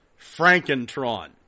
Frankentron